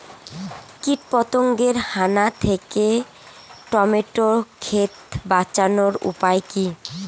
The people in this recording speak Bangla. কীটপতঙ্গের হানা থেকে টমেটো ক্ষেত বাঁচানোর উপায় কি?